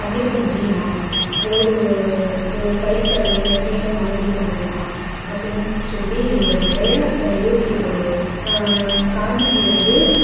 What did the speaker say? பண்ணியிருக்க முடியுமா இவ்வளவு இவ்வளவு ஃபைட் பண்ணி இந்த ஃப்ரீடம் வாங்கியிருக்க முடியுமா அப்படின்னு சொல்லி நிறையா யோசிக்க தோணுது காந்திஜி வந்து